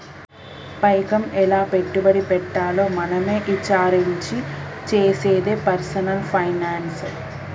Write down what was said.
పైకం ఎలా పెట్టుబడి పెట్టాలో మనమే ఇచారించి చేసేదే పర్సనల్ ఫైనాన్స్